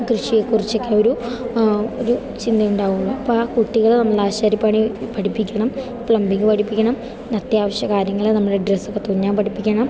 കൃഷിയെക്കുറിച്ചൊക്കെ ഒരു ഒരു ചിന്ത ഉണ്ടാവുന്നത് അപ്പം ആ കുട്ടികളെ നമ്മൾ ആശാരിപ്പണി പഠിപ്പിക്കണം പ്ലംമ്പിങ് പഠിപ്പിക്കണം അത്യാവശ്യ കാര്യങ്ങൾ നമ്മുടെ ഡ്രസ്സ് ഒക്കെ തുന്നാൻ പഠിപ്പിക്കണം